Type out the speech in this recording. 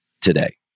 today